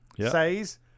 says